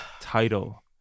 title